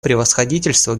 превосходительству